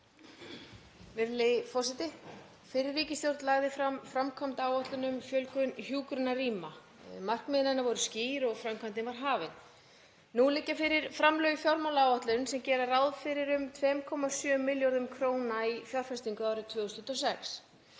Forseti. Fyrri ríkisstjórn lagði fram framkvæmdaáætlun um fjölgun hjúkrunarrýma. Markmiðin voru skýr og framkvæmdin var hafin. Nú liggja fyrir framlög í fjármálaáætlun sem gera ráð fyrir um 2,7 milljörðum kr. í fjárfestingu árið 2026.